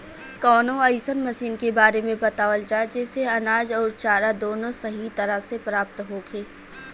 कवनो अइसन मशीन के बारे में बतावल जा जेसे अनाज अउर चारा दोनों सही तरह से प्राप्त होखे?